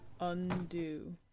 Undo